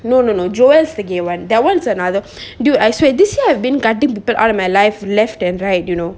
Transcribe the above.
no no no joel is the gay one that one is another dude I swear this year I've been guarding people out of my life left and right you know